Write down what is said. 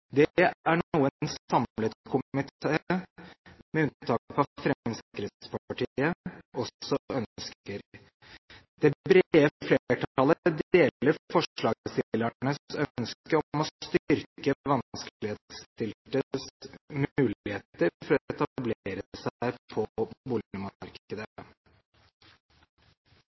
Det er noe en samlet komité, med unntak av Fremskrittspartiet, også ønsker. Det brede flertallet deler forslagsstillernes ønske om å styrke vanskeligstiltes muligheter for å etablere seg på